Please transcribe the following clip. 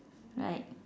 right